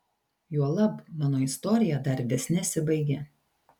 juolab mano istorija dar vis nesibaigė